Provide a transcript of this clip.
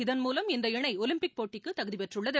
இதன்மூலம் இந்த இணைஒலிம்பிக் போட்டிக்குதகுதிபெற்றுள்ளது